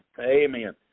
Amen